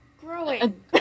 Growing